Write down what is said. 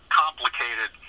complicated